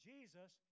Jesus